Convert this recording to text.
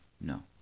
No